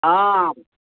आम्